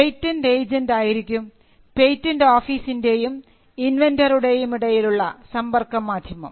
patent agent ആയിരിക്കും patent ഓഫീസിൻറെയും ഇൻവെൻന്ററുടേയും ഇടയിലുള്ള സമ്പർക്ക മാധ്യമം